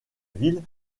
ville